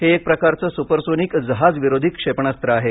हे एक प्रकारचे सुपरसोनिक जहाजविरोधी क्षेपणास्त्र आहे